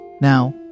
Now